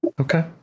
Okay